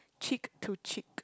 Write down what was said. cheek to cheek